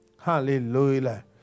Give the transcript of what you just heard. Hallelujah